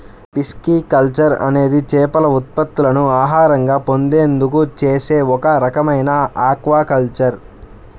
pisciculture అనేది చేపల ఉత్పత్తులను ఆహారంగా పొందేందుకు చేసే ఒక రకమైన ఆక్వాకల్చర్